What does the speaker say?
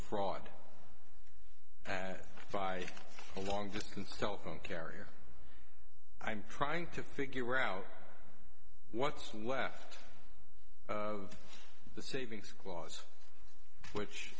fraud and by a long distance telephone carrier i'm trying to figure out what's left of the savings clause which